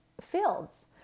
fields